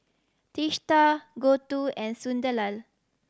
Teesta Gouthu and Sunderlal